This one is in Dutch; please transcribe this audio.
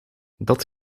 dat